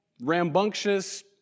rambunctious